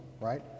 right